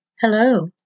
Hello